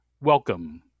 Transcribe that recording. welcome